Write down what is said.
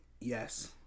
yes